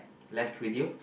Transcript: left with you